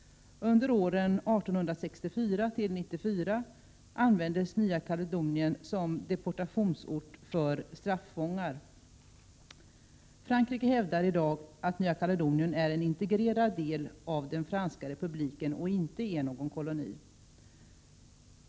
Under åren 1864-1894 användes Nya Kaledonien som deportationsort för straffångar. Frankrike hävdar i dag att Nya Kaledonien är en integrerad del av den franska republiken och inte någon koloni.